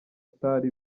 stars